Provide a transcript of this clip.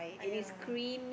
ah yeah